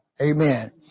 amen